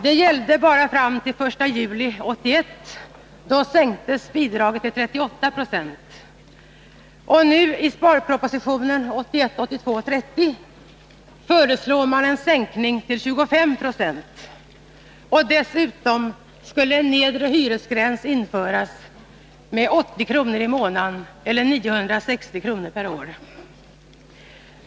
Det gällde bara fram till den 1 juli 1981, då det sänktes till 38 26. Nu föreslås i sparpropositionen 1981/82:30 en sänkning till 25 96. Dessutom föreslås införande av en nedre gräns för den statsbidragsgrundande bostadskostnaden vid 80 kr. i månaden eller 960 kr. per år.